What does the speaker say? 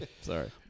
Sorry